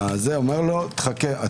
הזה אומר לו: חכה.